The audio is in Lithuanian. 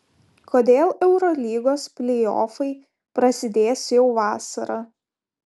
kodėl eurolygos pleiofai prasidės jau vasarą